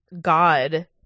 God